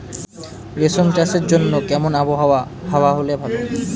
রেশম চাষের জন্য কেমন আবহাওয়া হাওয়া হলে ভালো?